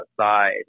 outside